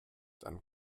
dann